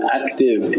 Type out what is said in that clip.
active